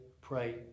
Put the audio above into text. pray